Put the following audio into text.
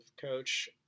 coach